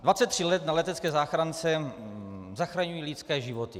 Dvacet tři let na letecké záchrance zachraňuji lidské životy.